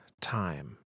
time